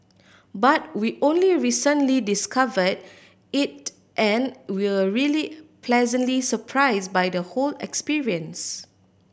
but we only recently discover it and were really pleasantly surprise by the whole experience